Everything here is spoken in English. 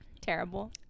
terrible